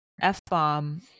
f-bomb